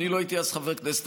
אני לא הייתי אז חבר כנסת,